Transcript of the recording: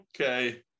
okay